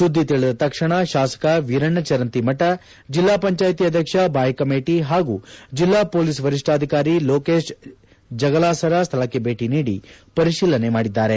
ಸುದ್ದಿ ತಿಳಿದ ತಕ್ಷಣ ಶಾಸಕ ವೀರಣ್ಣ ಚರಂತಿಮಠ ಜಿಲ್ಲಾ ಪಂಚಾಯಿತಿ ಅಧ್ಯಕ್ಷ ಬಾಯಕ್ಕ ಮೇಟಿ ಹಾಗೂ ಜಿಲ್ಲಾ ಪೊಲೀಸ್ ವರಿಷ್ಠಾಧಿಕಾರಿ ಲೋಕೇಶ್ ಜಗಲಾಸರ ಸ್ಥಳಕ್ಕೆ ಭೇಟಿ ನೀಡಿ ಪರಿಶೀಲನೆ ಮಾಡಿದ್ದಾರೆ